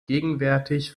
gegenwärtig